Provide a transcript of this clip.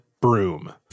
broom